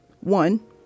one